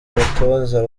batoza